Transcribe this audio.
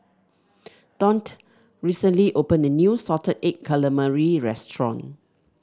Daunte recently opened a new Salted Egg Calamari restaurant